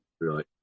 Right